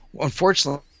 unfortunately